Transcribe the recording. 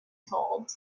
told